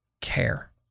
care